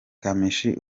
kamichi